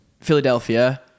Philadelphia